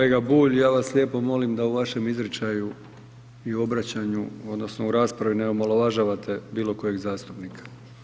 Kolega Bulj, ja vam lijepo molim da u vašem izričaju i obraćanju odnosno u raspravi ne omalovažavate bilo kojeg zastupnika.